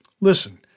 listen